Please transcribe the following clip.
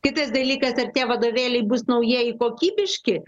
kitas dalykas ar tie vadovėliai bus naujieji kokybiški